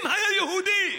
אם הוא היה יהודי,